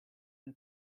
nel